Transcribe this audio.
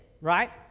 right